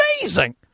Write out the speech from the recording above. Amazing